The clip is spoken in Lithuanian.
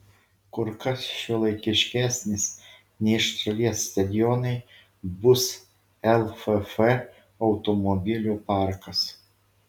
kur kas šiuolaikiškesnis nei šalies stadionai bus lff automobilių parkas